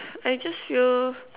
I just feel